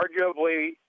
arguably